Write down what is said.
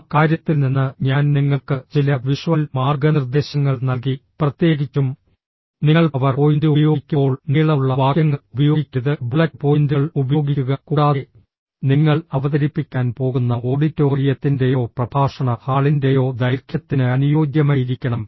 ആ കാര്യത്തിൽ നിന്ന് ഞാൻ നിങ്ങൾക്ക് ചില വിഷ്വൽ മാർഗ്ഗനിർദ്ദേശങ്ങൾ നൽകി പ്രത്യേകിച്ചും നിങ്ങൾ പവർ പോയിന്റ് ഉപയോഗിക്കുമ്പോൾ നീളമുള്ള വാക്യങ്ങൾ ഉപയോഗിക്കരുത് ബുള്ളറ്റ് പോയിന്റുകൾ ഉപയോഗിക്കുക കൂടാതെ നിങ്ങൾ അവതരിപ്പിക്കാൻ പോകുന്ന ഓഡിറ്റോറിയത്തിൻ്റെയോ പ്രഭാഷണ ഹാളിൻ്റെയോ ദൈർഘ്യത്തിന് അനുയോജ്യമയിരിക്കണം